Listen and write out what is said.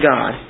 God